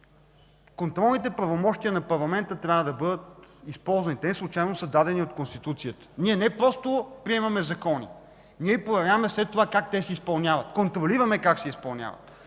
контролните правомощия на парламента трябва да бъдат използвани. Те неслучайно са дадени от Конституцията. Ние не просто приемаме закони. Ние проверяваме след това как те се изпълняват. Контролираме как се изпълняват!